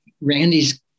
Randy's